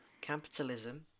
Capitalism